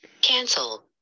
cancel